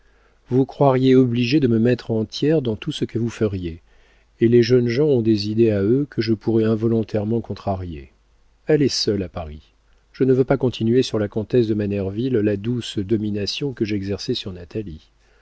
vous croiriez obligés de me mettre en tiers dans tout ce que vous feriez et les jeunes gens ont des idées à eux que je pourrais involontairement contrarier allez seuls à paris je ne veux pas continuer sur la comtesse de manerville la douce domination que j'exerçais sur natalie